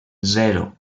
zero